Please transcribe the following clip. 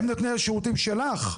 הם נותני השירותים שלך.